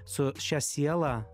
su šia siela